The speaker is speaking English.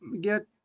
get